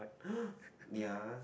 ya